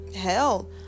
hell